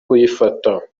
kuyifata